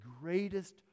greatest